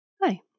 Hi